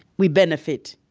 we benefit.